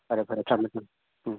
ꯐꯔꯦ ꯐꯔꯦ ꯊꯝꯃꯦ ꯊꯝꯃꯦ ꯎꯝ